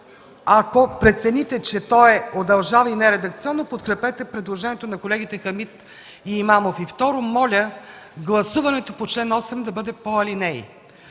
Ако прецените, че то удължава и не е редакционно, подкрепете предложението на колегите Хамид и Имамов. Второ, моля гласуването по чл. 8 да бъде по алинеи,